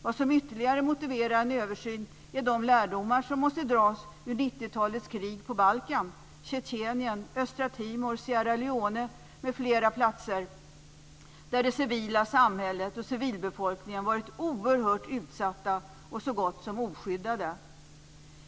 Vad som ytterligare motiverar en översyn är de lärdomar som måste dras ur 90-talets krig på Balkan, i Tjetjenien, Östtimor, Sierra Leone m.fl. platser, där det civila samhället och civilbefolkningen varit oerhört utsatta och så gott som oskyddade.